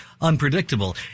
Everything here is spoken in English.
unpredictable